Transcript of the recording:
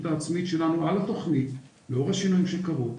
העצמית שלנו על התוכנית ולאור השינויים שקרו,